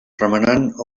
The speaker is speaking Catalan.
remenant